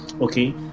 okay